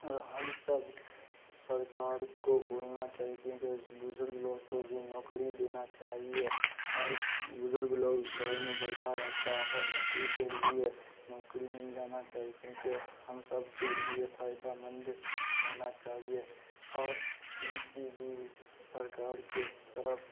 اور ہم سب سرکار کو بولنا چاہیے کیونکہ اس بزرگ لوگ کو بھی نوکری دینا چاہیے اور بزرگ لوگ گھر میں بیٹھا رہتا ہے نوکری کے لیے نوکری مل جانا چاہیے کیونکہ ہم سب کے لیے فائدہ مند ہونا چاہیے اور ان کی بھی سرکار کے طرف